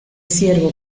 siervo